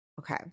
Okay